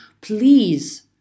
please